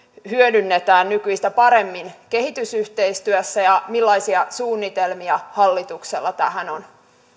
hyödynnetään nykyistä paremmin kehitysyhteistyössä ja millaisia suunnitelmia hallituksella tähän on